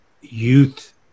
youth